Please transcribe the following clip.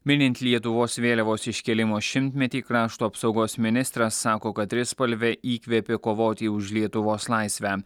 minint lietuvos vėliavos iškėlimo šimtmetį krašto apsaugos ministras sako kad trispalvė įkvėpė kovoti už lietuvos laisvę